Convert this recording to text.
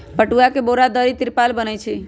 पटूआ से बोरा, दरी, तिरपाल बनै छइ